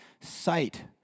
sight